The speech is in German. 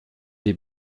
die